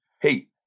hey